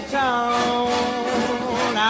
town